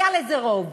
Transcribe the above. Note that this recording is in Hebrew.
היה לזה רוב.